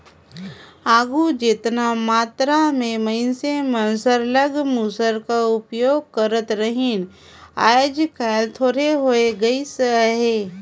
आघु जेतना मातरा में मइनसे मन सरलग मूसर कर उपियोग करत रहिन आएज काएल थोरहें होए लगिस अहे